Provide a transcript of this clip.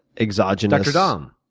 exogenous dr. dom?